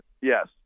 yes